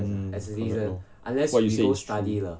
hmm correct lor what you said is true